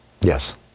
Yes